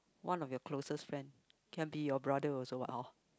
one of your closest friend can be your brother also what hor